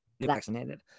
vaccinated